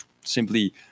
simply